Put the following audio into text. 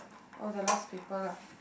oh the last paper lah